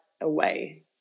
away